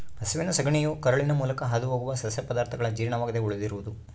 ಹಸುವಿನ ಸಗಣಿಯು ಕರುಳಿನ ಮೂಲಕ ಹಾದುಹೋಗುವ ಸಸ್ಯ ಪದಾರ್ಥಗಳ ಜೀರ್ಣವಾಗದೆ ಉಳಿದಿರುವುದು